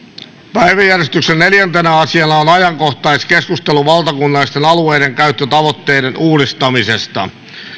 päiväjärjestyksen neljäntenä asiana on ajankohtaiskeskustelu valtakunnallisten alueidenkäyttötavoitteiden uudistamisesta